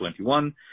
2021